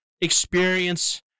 experience